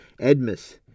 Edmus